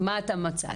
מה אתה מצאת?